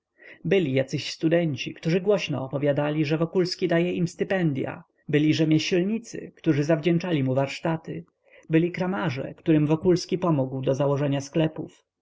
byli jacyś studenci którzy głośno opowiadali że wokulski daje im stypendya byli rzemieślnicy którzy zawdzięczali mu warsztaty byli kramarze którym wokulski pomógł do założenia sklepów